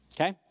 Okay